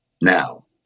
now